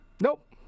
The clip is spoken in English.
Nope